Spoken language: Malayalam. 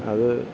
അത്